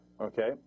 okay